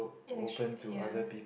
in actual ya